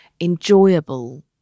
enjoyable